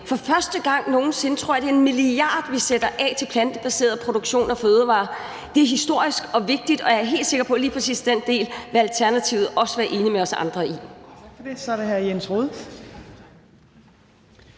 for første gang nogen sinde prioriterer – jeg tror, det er 1 mia. kr., vi sætter af – plantebaseret produktion og fødevarer. Det er historisk og vigtigt, og jeg er helt sikker på, at lige præcis den del vil Alternativet også være enig med os andre i.